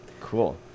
Cool